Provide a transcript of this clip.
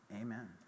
Amen